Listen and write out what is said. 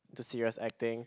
to serious acting